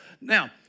Now